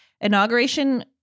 inauguration